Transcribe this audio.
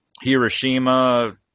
Hiroshima